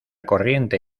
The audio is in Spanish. corriente